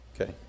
Okay